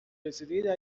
رسیده